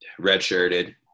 redshirted